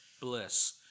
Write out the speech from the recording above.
bliss